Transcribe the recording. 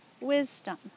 wisdom